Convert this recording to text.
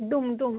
dome dome